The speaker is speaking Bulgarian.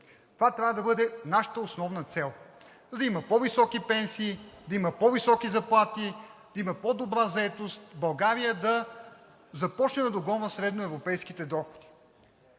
Това трябва да бъде нашата основна цел, за да има по-високи пенсии, да има по-високи заплати, да има по-добра заетост и България да започне да догонва средноевропейските доходи.